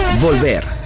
volver